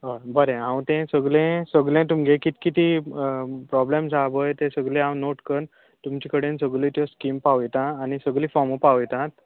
हय बरें हांव तें सगळें सगलें तुमगे कित कितें प्रोबलम्स हा पळय ती सगळी हांव नॉट करून तुमचे कडेन सगळ्यो त्यो स्कीम पावयता आनी सगळीं फोर्मा पावयता